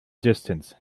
distance